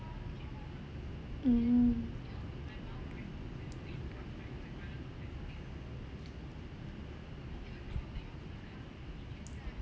mm